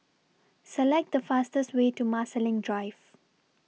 Select The fastest Way to Marsiling Drive